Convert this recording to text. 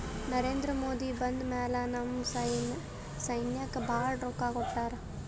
ನರೇಂದ್ರ ಮೋದಿ ಬಂದ್ ಮ್ಯಾಲ ನಮ್ ಸೈನ್ಯಾಕ್ ಭಾಳ ರೊಕ್ಕಾ ಕೊಟ್ಟಾರ